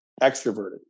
extroverted